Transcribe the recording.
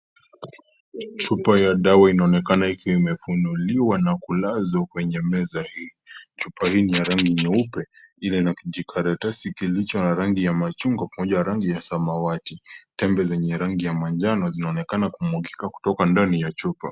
Chupa ya dawa inaonekana ikiwa imefunuliwa na kulazwa kwenye meza hii. Chupa hii ni ya rangi nyeupe ina kijikaratasi kilicho na rangi ya machungwa pamoja na rangi ya samawati. Pembe zenye rangi ya manjano zionekana kumwagika kutoka ndani ya chupa.